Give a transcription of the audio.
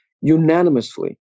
unanimously